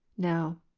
now,